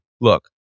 look